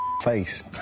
face